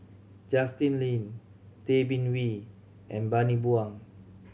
Justin Lean Tay Bin Wee and Bani Buang